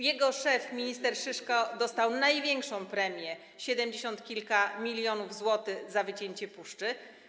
Jego szef, minister Szyszko, dostał największą premię: siedemdziesiąt kilka milionów złotych za wycięcie puszczy.